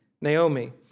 Naomi